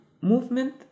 movement